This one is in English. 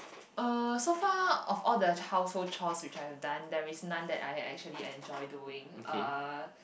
uh so far of all the household chores which I have done there's none that I actually enjoy doing uh